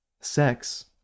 sex